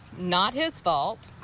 not his fault.